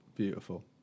beautiful